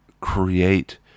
create